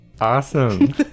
Awesome